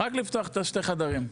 רק לפתוח את שני החדרים.